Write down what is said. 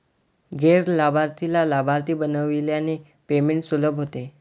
गैर लाभार्थीला लाभार्थी बनविल्याने पेमेंट सुलभ होते